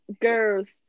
girl's